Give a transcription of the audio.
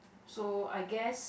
so I guess